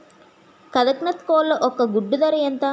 కదక్నత్ కోళ్ల ఒక గుడ్డు ధర ఎంత?